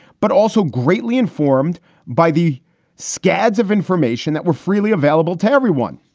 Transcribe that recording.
but also greatly informed by the scads of information that were freely available to everyone.